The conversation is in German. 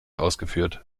ausgeführt